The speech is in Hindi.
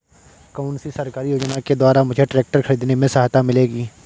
कौनसी सरकारी योजना के द्वारा मुझे ट्रैक्टर खरीदने में सहायता मिलेगी?